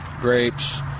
grapes